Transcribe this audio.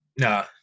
No